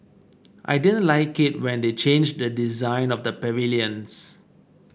I didn't like it when they changed the design of the pavilions